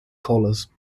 collars